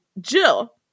Jill